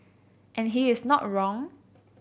and he is not wrong